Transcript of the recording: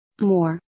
More